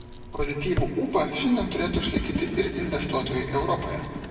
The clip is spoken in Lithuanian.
pozityvų ūpą šiandien turėtų išlaikyti ir investuotojai europoje